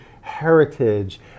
heritage